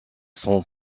sans